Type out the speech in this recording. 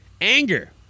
Anger